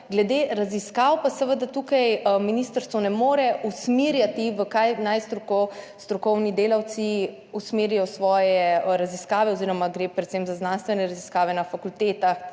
Glede raziskav pa seveda tukaj ministrstvo ne more usmerjati, v kaj naj strokovni delavci usmerijo svoje raziskave oziroma gre predvsem za znanstvene raziskave na fakultetah